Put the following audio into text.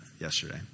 yesterday